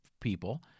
people